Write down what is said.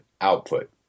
output